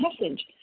message